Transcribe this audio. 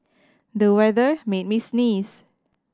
the weather made me sneeze